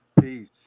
Peace